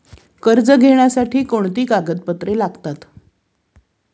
कर्ज घेण्यासाठी कोणती कागदपत्रे लागतात?